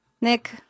Nick